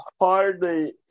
hardly